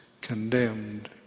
condemned